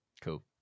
cool